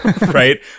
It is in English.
Right